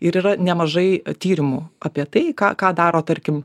ir yra nemažai tyrimų apie tai ką ką daro tarkim